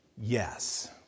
yes